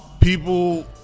people